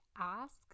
ask